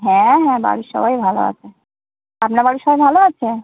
হ্যাঁ হ্যাঁ বাড়ির সবাই ভালো আছে আপনা বাড়ির সবাই ভালো আছে